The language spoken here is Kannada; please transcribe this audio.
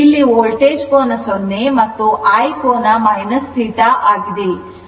ಇಲ್ಲಿ ವೋಲ್ಟೇಜ್ ಕೋನ 0 ಮತ್ತು I ಕೋನ θ ಆಗಿದೆ